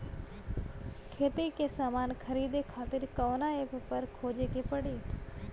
खेती के समान खरीदे खातिर कवना ऐपपर खोजे के पड़ी?